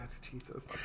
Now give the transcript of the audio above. Jesus